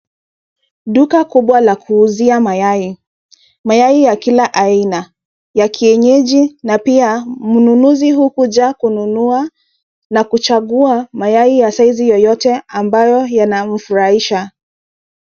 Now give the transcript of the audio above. Duka kubwa la kuuzia mayai. Mayai ya kila aina, ya kienyeji na pia mnunuzi hukuja kununua na kuchagua mayai ya size yoyote ambayo yanamfurahisha.